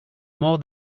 more